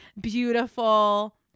beautiful